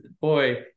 boy